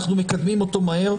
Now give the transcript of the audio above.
אנחנו מקדמים אותו מהר.